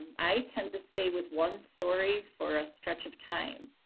um i tend to stay with one story for a stretch of time.